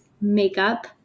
makeup